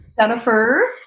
Jennifer